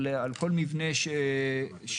על כל מבנה שקיים.